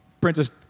Princess